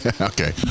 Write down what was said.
okay